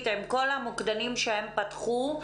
מכל הפניות שהגיעו אלי,